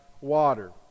water